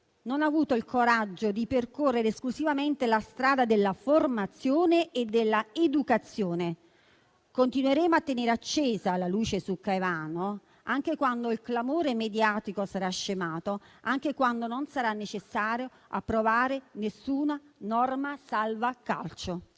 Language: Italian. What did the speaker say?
Non ha avuto il coraggio di percorrere esclusivamente la strada della formazione e della educazione. Continueremo a tenere accesa la luce su Caivano anche quando il clamore mediatico sarà scemato, anche quando non sarà necessario approvare nessuna norma salva calcio.